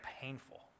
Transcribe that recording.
painful